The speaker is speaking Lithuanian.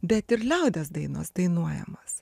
bet ir liaudies dainos dainuojamos